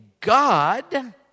God